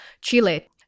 Chile